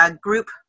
group